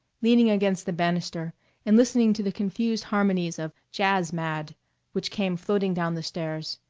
leaning against the banister and listening to the confused harmonies of jazz-mad which came floating down the stairs.